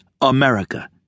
America